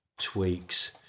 tweaks